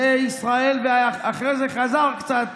בישראל, ואחרי זה חזר קצת